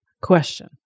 question